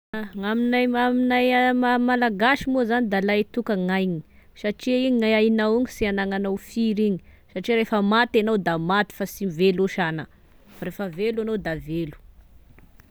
Aminay gn'aminay, maha malagasy moa zagny dia lahitoka gn'aina, satria igny aignao io sy anananao firy igny satria refa maty agnao da maty fa sy velo sagna, refa velo agnao da velo.